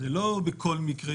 לא בכל מקרה.